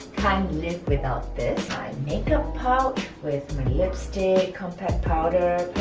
live without this my makeup pouch with my lipstick, compact powder,